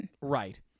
Right